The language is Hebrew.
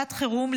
שעת חירום,